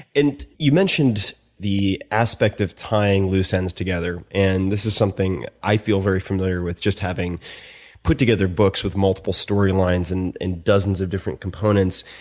and you mentioned the aspect of tying loose ends together, and this is something i feel very familiar with just having put together books with multiple storylines and and dozens of different components.